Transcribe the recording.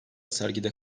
sergide